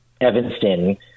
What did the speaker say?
Evanston